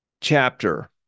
chapter